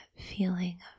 feeling